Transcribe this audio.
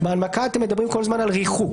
בהנמקה אתם מדברים כל הזמן על ריחוק,